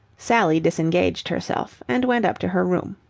sally disengaged herself, and went up to her room.